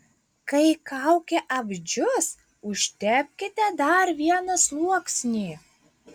kai kaukė apdžius užtepkite dar vieną sluoksnį